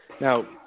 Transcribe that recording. Now